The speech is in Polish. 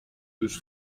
już